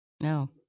No